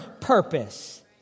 purpose